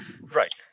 Right